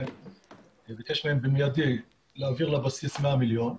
ביקש מהם במיידי להעביר לבסיס 100 מיליון,